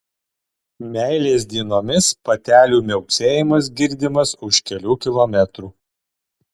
meilės dienomis patelių miauksėjimas girdimas už kelių kilometrų